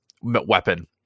weapon